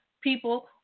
people